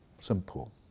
Simple